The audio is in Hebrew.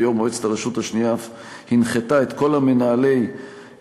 ויושבת-ראש מועצת הרשות השנייה אף הנחתה את כל מנהלי המורשים